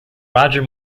roger